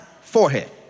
forehead